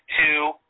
two